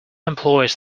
employers